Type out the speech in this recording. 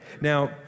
Now